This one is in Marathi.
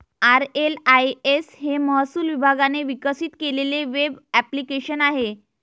आर.एल.आय.एस हे महसूल विभागाने विकसित केलेले वेब ॲप्लिकेशन आहे